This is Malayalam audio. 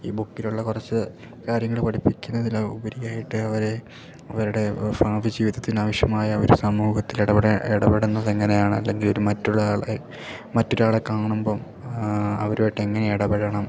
ഈ ബുക്കിലുള്ള കുറച്ച് കാര്യങ്ങൾ പഠിപ്പിക്കുന്നതിൽ ഉപരിയായിട്ട് അവരെ അവരുടെ ഭാവി ജീവിതത്തിനാവശ്യമായ അവർ സമൂഹത്തിലിടപെടേ ഇടപെടുന്നതെങ്ങനെയാണ് അല്ലെങ്കിലൊരു മറ്റൊരാളെ മറ്റൊരാളെ കാണുമ്പം ആ അവരുമായിട്ടെങ്ങനെ ഇടപെടണം